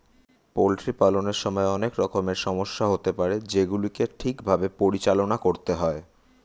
poultry পালনের সময় অনেক রকমের সমস্যা হতে পারে যেগুলিকে ঠিক ভাবে পরিচালনা করতে হয়